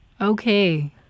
Okay